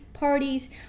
parties